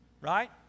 Right